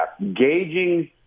gauging